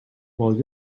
while